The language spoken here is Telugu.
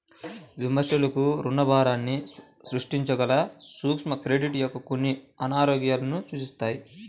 విమర్శకులు రుణభారాన్ని సృష్టించగల సూక్ష్మ క్రెడిట్ యొక్క కొన్ని అనారోగ్యాలను సూచిస్తారు